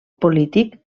polític